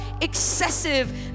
excessive